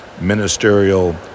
ministerial